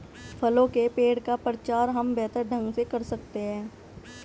फलों के पेड़ का प्रचार हम बेहतर ढंग से कर सकते हैं